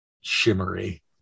shimmery